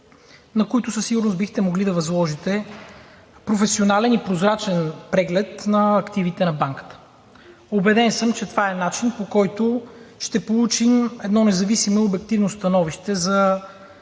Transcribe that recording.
на които със сигурност бихте могли да възложите професионален и прозрачен преглед на активите на Банката. Убеден съм, че това е начинът, по който ще получим едно независимо обективно становище за